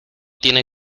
tiene